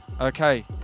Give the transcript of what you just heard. Okay